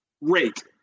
Rate